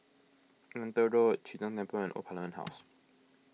Neythal Road Chee Tong Temple and Old Parliament House